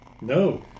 No